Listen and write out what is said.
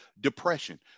depression